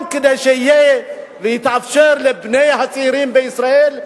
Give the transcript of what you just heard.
גם כדי שיהיה ויתאפשר לצעירים בישראל,